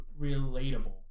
relatable